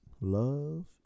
love